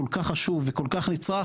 חשוב ונצרך,